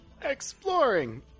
Exploring